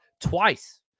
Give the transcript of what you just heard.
twice